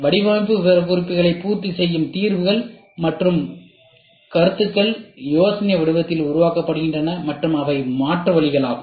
வடிவமைப்பு விவரக்குறிப்புகளை பூர்த்தி செய்யும் தீர்வுகள் மற்றும் கருத்துக்கள் யோசனை வடிவத்தில் உருவாக்கப்படுகின்றன மற்றும் அவை மாற்று வழிகள் ஆகும்